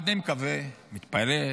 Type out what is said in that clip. מקווה, מתפלל,